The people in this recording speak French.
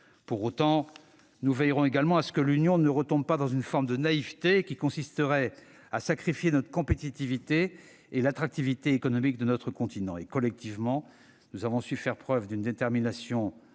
Pour autant, nous veillerons également à ce que l'Union ne retombe pas dans une forme de naïveté, qui consisterait à sacrifier notre compétitivité et l'attractivité économique de notre continent. Collectivement, nous avons su faire preuve d'une détermination remarquable